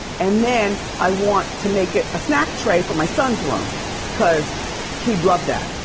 and then i want to make it a snack tray for my son's room cause he'd love that.